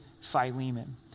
Philemon